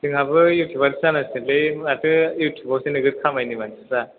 जोंहाबो इउटुउबारसो जानागसिगोनलै माथो इउटुउब आवसो नोगोर खामायोनो मानसिफ्रा